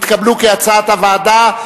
נתקבלו כהצעת הוועדה,